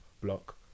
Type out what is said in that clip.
block